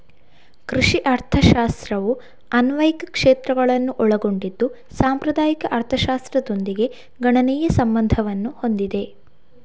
ಕೃಷಿ ಅರ್ಥಶಾಸ್ತ್ರವು ಅನ್ವಯಿಕ ಕ್ಷೇತ್ರಗಳನ್ನು ಒಳಗೊಂಡಿದ್ದು ಸಾಂಪ್ರದಾಯಿಕ ಅರ್ಥಶಾಸ್ತ್ರದೊಂದಿಗೆ ಗಣನೀಯ ಸಂಬಂಧವನ್ನು ಹೊಂದಿದೆ